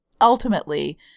ultimately